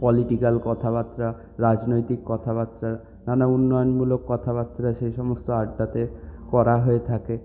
political কথাবার্তা রাজনৈতিক কথাবার্তা নানা উন্নয়নমূলক কথাবার্তা সে সমস্ত আড্ডাতে করা হয়ে থাকে